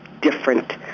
different